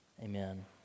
Amen